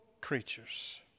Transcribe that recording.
creatures